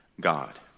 God